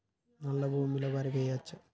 నల్లా భూమి లో వరి వేయచ్చా?